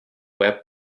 web